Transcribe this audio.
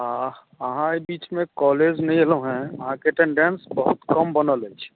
अहाँ एहि बीचमे कॉलेज नहि एलहुॅं हेँ अहाँके अटेन्डेन्स बहुत कम बनल अछि